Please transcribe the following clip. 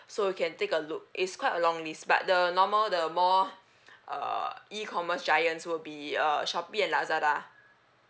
so you can take a look it's quite a long list but the normal the more uh E commerce giants will be uh shopee and lazada